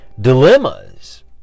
dilemmas